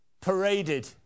paraded